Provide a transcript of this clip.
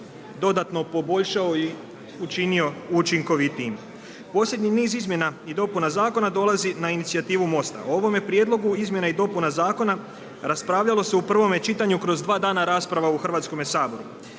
dodatno poboljšao i učinio učinkovitijim. Posljednji niz izmjena i dopuna zakona dolazi na inicijativu MOST-a, o ovome prijedlogu izmjena i dopuna zakona raspravljalo se u prvome čitanju kroz dva dana rasprava u Hrvatskome saboru.